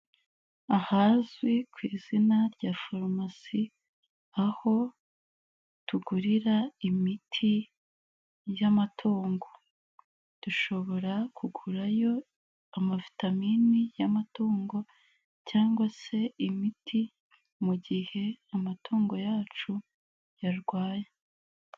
Ahazwi ku izina rya farumasi, aho tugurira imiti y'amatungo, dushobora kugurayo ama vitaminini y'amatungo cyangwa se imiti mu gihe amatungo yacu yarwaye.